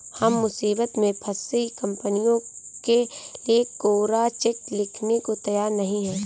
हम मुसीबत में फंसी कंपनियों के लिए कोरा चेक लिखने को तैयार नहीं हैं